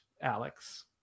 Alex